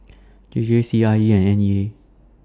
J J C I E and N E A